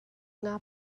nga